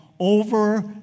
over